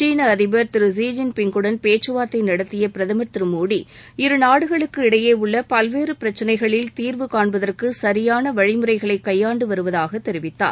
சீன அதிபர் திரு ஜீ ஜின்பிங்குடன் பேச்சுவார்தை நடத்திய பிரதமர் திரு மோடி இருநாடுகளுக்கு இடையே உள்ள பல்வேறு பிரச்னைகளில் தீர்வுகாண்பதற்கு சரியான வழிமுறைகளை கையாண்டு வருவதாக தெரிவித்தார்